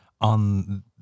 on